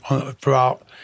throughout